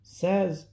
says